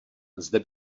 zde